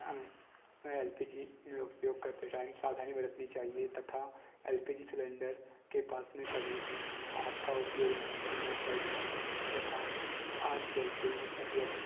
L P G उपयोग करते time सावधानी बरतनी चाहिए तथा एल पी जी सिलेंडर के पास में कभी भी आग का उपयोग नहीं करना चाहिए तथा आग जलते ही मतलब